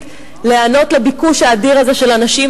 להיענות לביקוש האדיר הזה של אנשים.